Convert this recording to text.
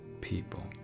people